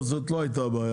טוב, זאת לא היתה הבעיה.